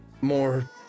more